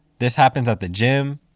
this happens at the gym.